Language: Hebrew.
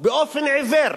באופן עיוור.